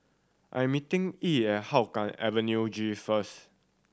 I am meeting Yee at Hougang Avenue G first